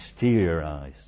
exteriorized